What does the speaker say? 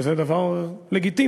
וזה דבר לגיטימי,